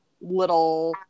little